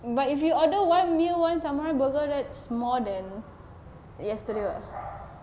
but if you order one meal one samurai burger that's more than yesterday [what]